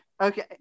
okay